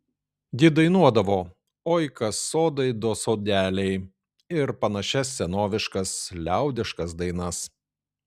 ji dainuodavo oi kas sodai do sodeliai ir panašias senoviškas liaudiškas dainas